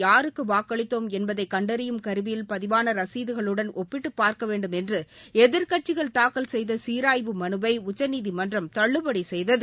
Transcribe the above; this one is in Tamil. யாருக்கு வாக்களித்தோம் என்பதை கண்டறியும் கருவியில் பதிவான ரசீதுகளுடன் ஒப்பிட்டு பார்க்க வேண்டும் என்று எதிர்க்கட்சிகள் தாக்கல் செய்த சீராய்வு மனுவை உச்சநீதிமன்றம் தள்ளுபடி செய்தது